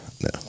no